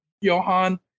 Johan